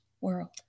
world